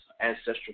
ancestral